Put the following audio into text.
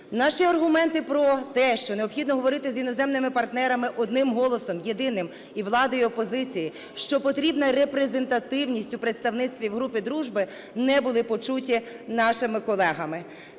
Наші аргументи про те, що необхідно говорити з іноземними партнерами одним голосом єдиним і влади, і опозиції, що потрібна репрезентативність у представництві в групі дружби, не були почуті нашими колегами.